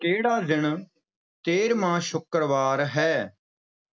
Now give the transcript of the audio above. ਕਿਹੜਾ ਦਿਨ ਤੇਰ੍ਹਵਾਂ ਸ਼ੁਕਰਵਾਰ ਹੈ